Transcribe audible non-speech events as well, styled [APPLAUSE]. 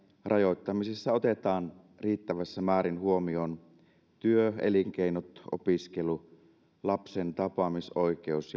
rajoittamisessa otetaan riittävissä määrin huomioon työ elinkeinot opiskelu lapsen tapaamisoikeus [UNINTELLIGIBLE]